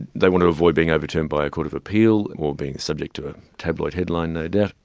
they want to avoid being overturned by a court of appeal or being subject to a tabloid headline no doubt,